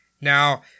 now